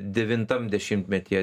devintam dešimtmetyje